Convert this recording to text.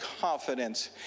confidence